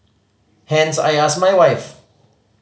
hence I asked my wife